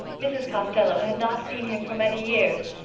mrs. costello had not seen him for many years,